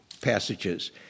passages